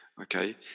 Okay